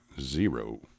Zero